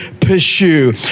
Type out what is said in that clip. pursue